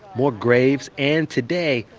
more graves, and today,